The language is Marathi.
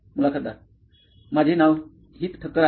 मुलाखतदार माझे नाव हीत ठक्कर आहे